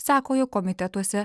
sako jog komitetuose